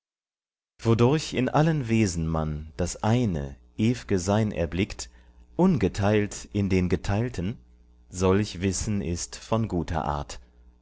wodurch in allen wesen man das eine ew'ge sein erblickt ungeteilt in den geteilten solch wissen ist von guter art